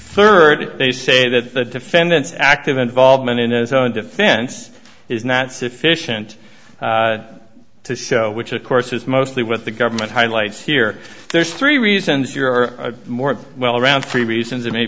third they say that the defendant's active involvement in the defense is not sufficient to show which of course is mostly what the government highlights here there's three reasons you're more well around three reasons it may